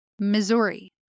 Missouri